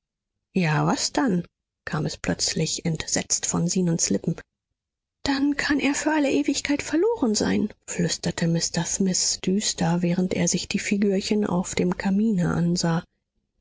ja was dann kam es plötzlich entsetzt von zenons lippen dann kann er für alle ewigkeit verloren sein flüsterte mr smith düster während er sich die figürchen auf dem kamine ansah